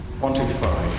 quantify